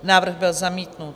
Návrh byl zamítnut.